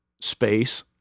space